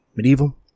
medieval